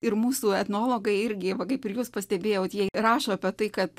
ir mūsų etnologai irgi kaip ir jūs pastebėjot jie rašo apie tai kad